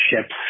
ships